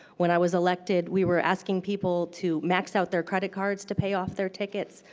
when i was elected, we were asking people to max out their credit cards to pay off their tickets.